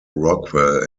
rockwell